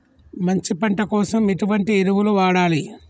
మంచి పంట కోసం ఎటువంటి ఎరువులు వాడాలి?